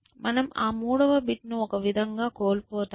మనం ఆ 3 వ బిట్ను ఒక విధంగా కోల్పోతాము